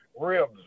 ribs